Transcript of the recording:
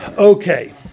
Okay